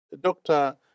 Dr